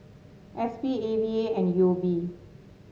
S P A V A and U O B